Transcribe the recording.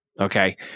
okay